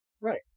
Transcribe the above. right